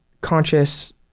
conscious